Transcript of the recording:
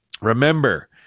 Remember